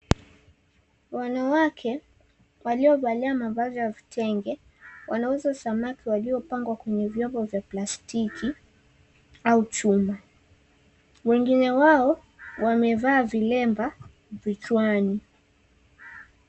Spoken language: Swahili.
Wanawake waliovalia mavazi ya kitenge, wanauza samaki waliopangwa kwenye vyombo vya plastiki au chuma m wengine wao wamevaa vilemba vichwani.